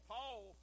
Paul